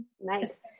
Nice